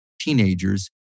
teenagers